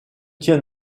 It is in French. tient